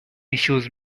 issues